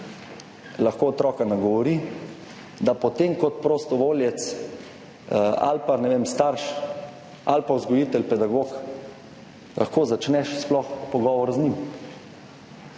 lahko otroka nagovori, da potem kot prostovoljec ali pa, ne vem, starš ali pa vzgojitelj, pedagog začneš sploh pogovor z njim.